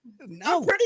No